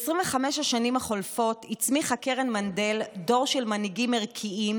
ב-25 השנים החולפות הצמיחה קרן מנדל דור של מנהיגים ערכיים,